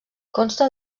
consta